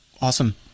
Awesome